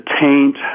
taint